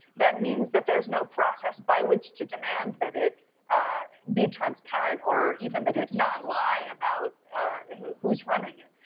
that means that there's no process by which to demand that it be transparent or even that it not lie about who's running it.